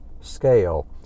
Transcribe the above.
scale